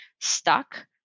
stuck